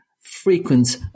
frequent